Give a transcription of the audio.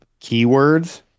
Keywords